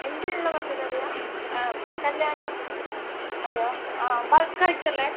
എന്തിനുള്ള പച്ചക്കറിയാണ് ആ കല്ല്യാണം അതെയോ ആ ബൾക്കായിട്ടല്ലേ